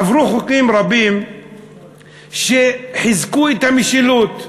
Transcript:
עברו חוקים רבים שחיזקו את המשילות,